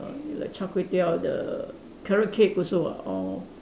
like Char-Kway-Teow the carrot cake also ah all